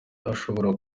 ashobora